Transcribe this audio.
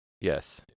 Yes